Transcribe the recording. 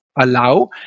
allow